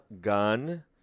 gun